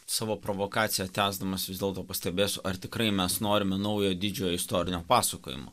savo provokaciją tęsdamas vis dėlto pastebėsiu ar tikrai mes norime naujo didžiojo istorinio pasakojimo